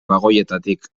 bagoietatik